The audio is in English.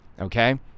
okay